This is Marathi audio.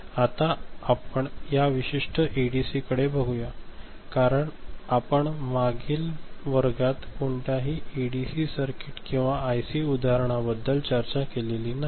आता आम्ही एका विशिष्ट एडीसीकडे बघूया कारण आम्ही मागील वर्गात कोणत्याही एडीसी सर्किट किंवा आयसी उदाहरणाबद्दल चर्चा केलेली नाही